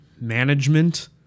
management